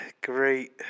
great